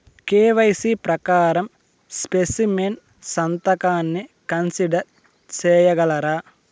KYC ప్రకారం specimen సంతకాన్ని consider సేయగలరా?